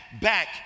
back